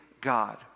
God